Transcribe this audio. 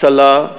הצלה,